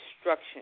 instruction